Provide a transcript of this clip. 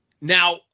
Now